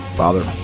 father